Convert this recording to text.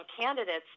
candidates